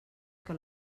que